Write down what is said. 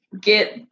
get